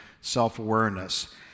self-awareness